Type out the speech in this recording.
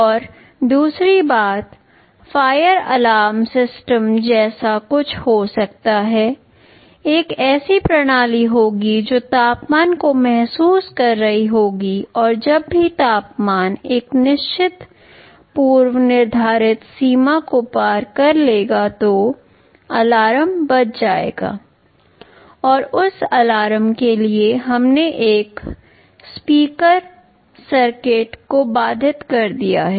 और दूसरी बात फायर अलार्म सिस्टम जैसा कुछ हो सकता है एक ऐसी प्रणाली होगी जो तापमान को महसूस कर रही होगी और जब भी तापमान एक निश्चित पूर्व निर्धारित सीमा को पार कर लेगा तो अलार्म बज जाएगा और उस अलार्म के लिए हमने एक स्पीकर सर्किट को बाधित कर दिया है